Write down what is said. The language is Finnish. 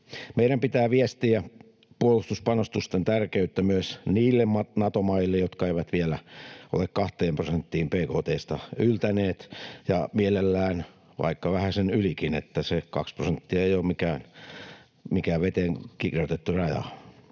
Meidän pitää viestiä puolustuspanostusten tärkeyttä myös niille Nato-maille, jotka eivät vielä ole yltäneet kahteen prosenttiin bkt:sta — ja mielellään vaikka vähän sen ylikin, se kaksi prosenttia ei ole mikään veteen kirjoitettu raja,